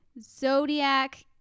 zodiac